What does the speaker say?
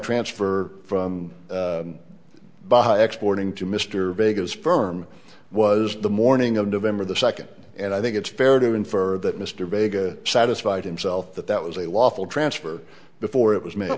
transfer from by exporting to mr vegas sperm was the morning of november the second and i think it's fair to infer that mr vega satisfied himself that that was a lawful transfer before it was ma